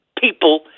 people